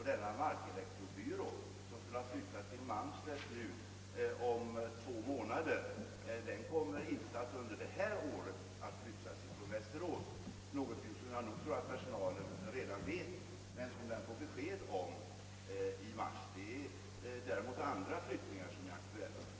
Herr talman! Jag tackar för dessa kompletterande upplysningar. Den personal jag har talat med har emellertid inte fått detta intryck, och därför vore det bra om det hela klarades ut.